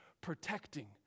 protecting